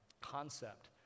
concept